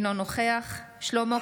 אינו נוכח שלמה קרעי,